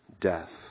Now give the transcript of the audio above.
death